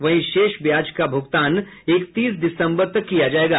वहीं शेष ब्याज का भुगतान इकतीस दिसम्बर तक किया जायेगा